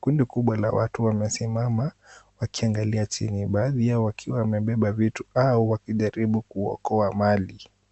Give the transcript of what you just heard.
Kundi kubwa la watu wamesimama wakiangalia chini, baadhi yao wakiwa wamebeba vitu au wakijaribu kuokoa mali.